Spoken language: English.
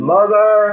Mother